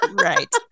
Right